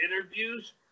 interviews